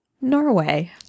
Norway